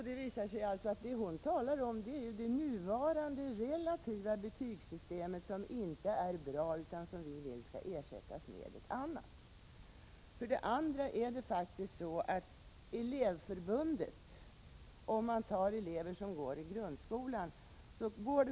Det visar sig att det hon talat om är det nuvarande relativa betygssystemet, som inte är bra och som vi moderater vill skall ersättas med ett annat.